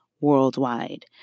worldwide